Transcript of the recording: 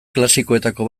klasikoetako